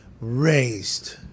raised